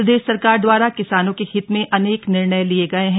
प्रदेश सरकार द्वारा किसानों के हित में अनेक निर्णय लिये गये हैं